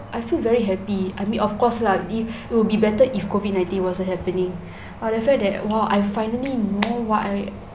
I feel very happy I mean of course lah it will be better if COVID nineteen wasn't happening but I felt that !wah! I finally know what I